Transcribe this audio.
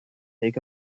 take